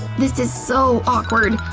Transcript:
this is so awkward!